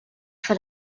for